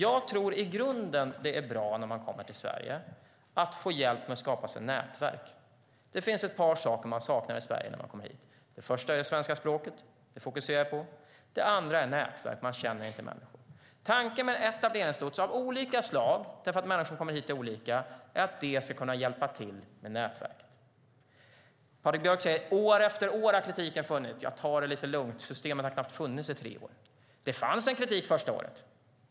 Jag tror i grunden att det är bra, när man kommer till Sverige, att få hjälp med att skapa sig nätverk. Det finns ett par saker som man saknar i Sverige när man kommer hit. Det första är det svenska språket - det fokuserar vi på. Det andra är nätverk - man känner inte människor. Tanken med etableringslotsar av olika slag, därför att människor som kommer hit är olika, är att de ska kunna hjälpa till med nätverk. Patrik Björck säger att det har funnits kritik år efter år. Ta det lite lugnt! Systemet har knappt funnits i tre år. Visst fanns det kritik första året.